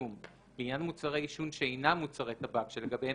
לעניין מוצרי עישון שאינם מוצרי טבק (שלגביהם